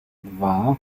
dwa